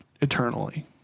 eternally